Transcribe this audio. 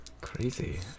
Crazy